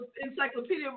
encyclopedia